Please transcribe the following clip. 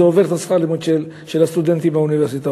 זה עובר את שכר הלימוד של הסטודנטים באוניברסיטאות.